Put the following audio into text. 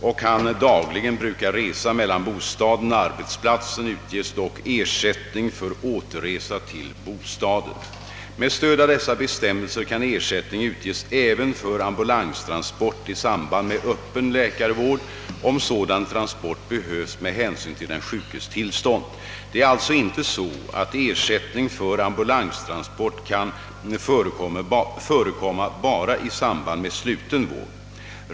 Om Med stöd av dessa bestämmelser kan ersättning utges även för ambulanstransport i samband med öppen läkarvård om sådan transport behövs med hänsyn till den sjukes tillstånd. Det är alltså inte så, att ersättning för ambulanstransport kan förekomma bara i samband med sluten vård.